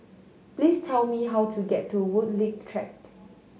please tell me how to get to Woodleigh Track